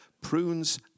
prunes